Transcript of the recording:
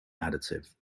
additive